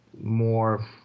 more